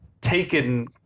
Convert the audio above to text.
taken